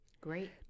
Great